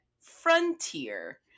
Frontier